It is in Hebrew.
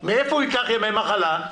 מאיפה הוא ייקח ימי מחלה?